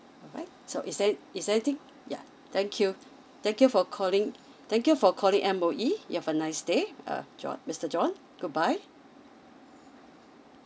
alright so is there is there anything yeah thank you thank you for calling thank you for calling M_O_E have a nice day err john mister john goodbye